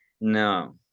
No